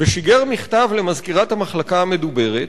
ושיגר מכתב למזכירת המחלקה המדוברת,